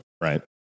Right